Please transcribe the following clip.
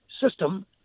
system